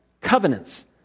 covenants